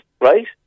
right